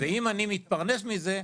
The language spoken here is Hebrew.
ואם אני מתפרנס מזה,